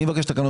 תודה.